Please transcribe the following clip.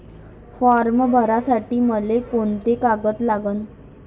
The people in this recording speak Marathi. फारम भरासाठी मले कोंते कागद लागन?